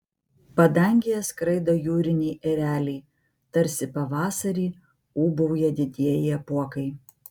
padangėje skraido jūriniai ereliai tarsi pavasarį ūbauja didieji apuokai